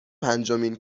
پنجمین